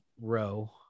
row